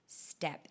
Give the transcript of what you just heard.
step